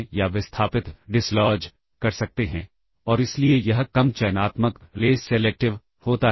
call instruction के बाद जो की है 4002 इसलिए 4000 4001 और 4002 इन्हें कॉल इंस्ट्रक्शंस बोला जाता है